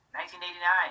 1989